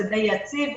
זה די יציב.